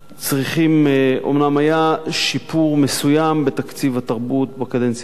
אומנם היה שיפור מסוים בתקציב התרבות בקדנציה הזאת,